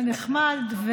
נחמד.